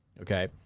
okay